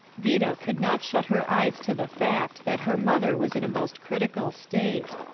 vida could not shut her eyes to the fact that her mother was in a most critical state.